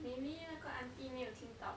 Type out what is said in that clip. maybe 那个 auntie 没有听到